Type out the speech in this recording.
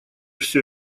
все